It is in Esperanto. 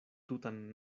tutan